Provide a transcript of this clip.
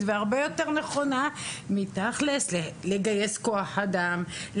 והרבה יותר נכונה מתכלס לגייס כוח אדם,